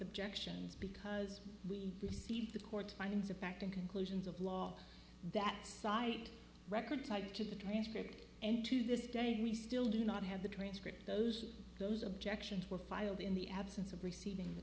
objections because we received the court's findings of fact and conclusions of law that cite record type to the transcript and to this day we still do not have the transcript those those objections were filed in the absence of receiving the